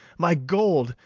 my gold,